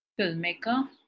Filmmaker